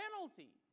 penalty